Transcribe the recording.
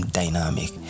dynamic